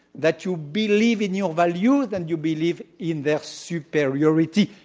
that you believe in your values, and you believe in their superiority.